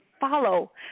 follow